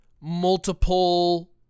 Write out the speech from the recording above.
multiple